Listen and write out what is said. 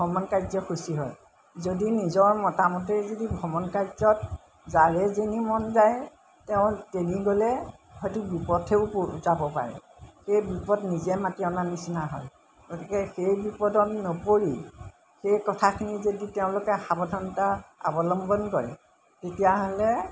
ভ্ৰমণ কাৰ্য সুচি হয় যদি নিজৰ মটামতে যদি ভ্ৰমণ কাৰ্যত যাৰে যেনী মন যায় তেওঁ তেনি গ'লে হয়তো বিপথেও যাব পাৰে সেই বিপদ নিজে মাতি অনা নিচিনা হয় গতিকে সেই বিপদত নপৰি সেই কথাখিনি যদি তেওঁলোকে সাৱধানতা অৱলম্বন কৰে তেতিয়াহ'লে